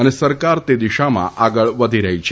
અને સરકાર તે દિશામાં આગળ વધી રહી છે